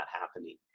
happening